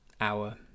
hour